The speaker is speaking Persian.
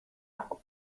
خوب